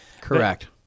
Correct